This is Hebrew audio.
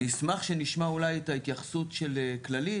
אשמח שנשמע אולי את ההתייחסות של כללית,